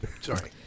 Sorry